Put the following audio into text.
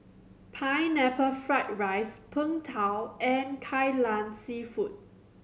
Pineapple Fried rice Png Tao and Kai Lan Seafood